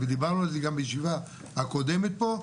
ודיברנו על זה גם בישיבה הקודמת פה,